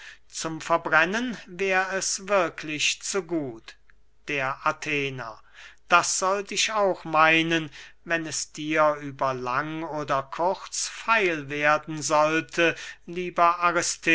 zum verbrennen wär es wirklich zu gut der athener das sollt ich auch meinen wenn es dir über lang oder kurz feil werden sollte lieber